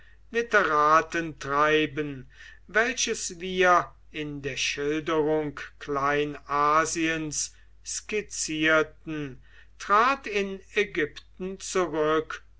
anknüpfende literatentreiben welches wir in der schilderung kleinasiens skizzierten trat in ägypten zurück